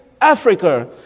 Africa